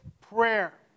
prayer